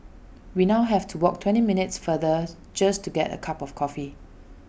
we now have to walk twenty minutes farther just to get A cup of coffee